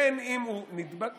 בין שהוא נדבק